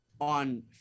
on